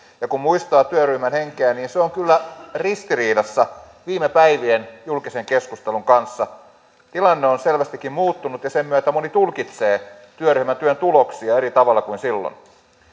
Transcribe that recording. ja kun muistaa työryhmän henkeä niin se on kyllä ristiriidassa viime päivien julkisen keskustelun kanssa tilanne on selvästikin muuttunut ja sen myötä moni tulkitsee työryhmän työn tuloksia eri tavalla kuin silloin